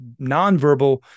nonverbal